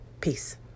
Peace